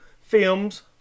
films